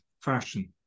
Fashion